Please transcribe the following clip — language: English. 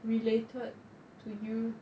related to you